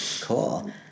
Cool